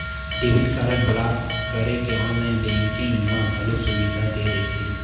debit card block करे के online banking म घलो सुबिधा दे रहिथे